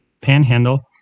Panhandle